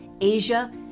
Asia